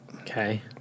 Okay